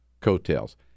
coattails